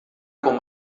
com